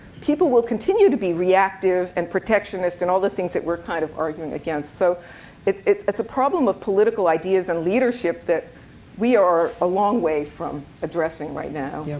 people will continue to be reactive and protectionist and all the things that we're kind of arguing against. so it's it's a problem of political ideas and leadership that we are a long way from addressing right now.